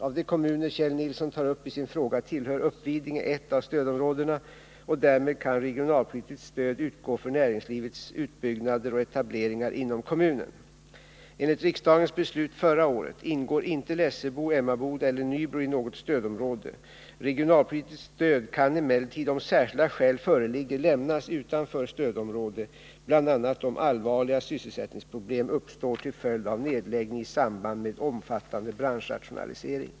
Av de kommuner Kjell Nilsson tar upp i sin fråga tillhör Uppvidinge ett av stödområdena, och därmed kan regionalpolitiskt stöd utgå för näringslivets utbyggnader och etableringar inom kommunen. Enligt riksdagens beslut förra året ingår inte Lessebo, Emmaboda eller Nybro i något stödområde. Regionalpolitiskt stöd kan emellertid, om särskilda skäl föreligger, lämnas utanför stödområde, bl.a. om allvarliga sysselsättningsproblem uppstår till följd av nedläggning i samband med omfattande branschrationalisering.